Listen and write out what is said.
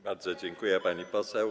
Bardzo dziękuję, pani poseł.